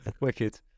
Wicked